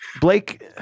Blake